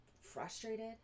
frustrated